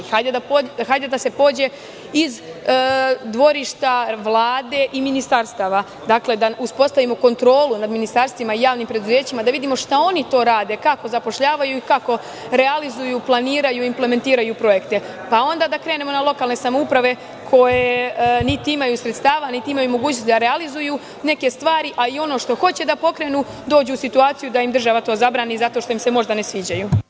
Hajde da se pođe iz dvorišta Vlade i ministarstva, da uspostavimo kontrolu u ministarstvima i javnim preduzećima, da vidimo šta oni rade, kako zapošljavaju i kako realizuju, planiraju i implementiraju projekte, pa onda da krenemo na lokalne samouprave koje niti imaju sredstava, niti imaju mogućnosti da realizuju neke stvari, a i ono što hoće da pokrenu, dođu u situaciju da im država to zabrani zato što im se možda ne sviđaju.